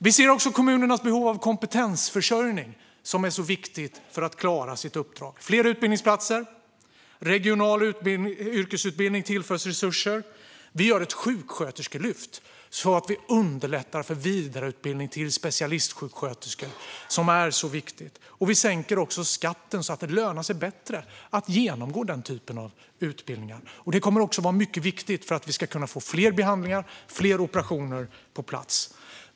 Vi ser också kommunernas behov av kompetensförsörjning, som är så viktig för att de ska klara sitt uppdrag. Det blir fler utbildningsplatser. Regional yrkesutbildning tillförs resurser. Vi gör ett sjuksköterskelyft så att vi underlättar för den vidareutbildning till specialistsjuksköterska som är så viktig. Vi sänker också skatten så att det lönar sig bättre att genomgå den typen av utbildning. Det kommer också att vara mycket viktigt för att fler behandlingar och fler operationer ska bli av.